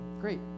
great